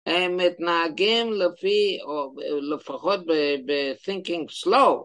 הם מתנהגים לפי או לפחות ב-thinking slow.